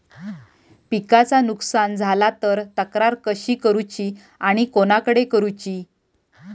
पिकाचा नुकसान झाला तर तक्रार कशी करूची आणि कोणाकडे करुची?